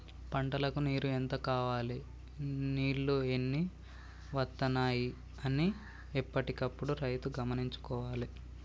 పంటలకు నీరు ఎంత కావాలె నీళ్లు ఎన్ని వత్తనాయి అన్ని ఎప్పటికప్పుడు రైతు గమనించుకోవాలె